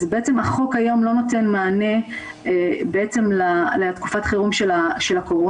אז החוק היום לא נותן מענה לתקופת החירום של הקורונה,